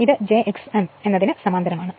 ഇത് j x m ന് സമാന്തരമാണ്